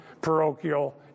parochial